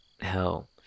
hell